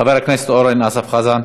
חבר הכנסת אורן אסף חזן.